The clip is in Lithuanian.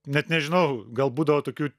net nežinau gal būdavo tokių